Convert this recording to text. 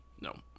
No